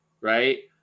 right